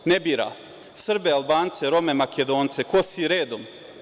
Ne bira – Srbe, Albance, Rome, Makedonce, kosi redom.